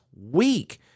week